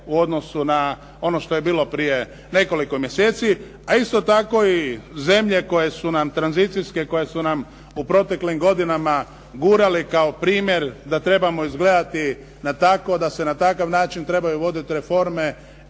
u odnosu na ono što je bilo prije nekoliko mjeseci a isto tako i zemlje koje su nam tranzicijske, koje su nam u proteklim godinama gurale kao primjer da trebamo izgledati tako, da se na takav način trebaju voditi reforme